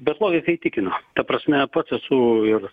bet logika įtikino ta prasme pats esu ir